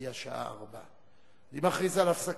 והיא השעה 16:00. אני מכריז על הפסקה.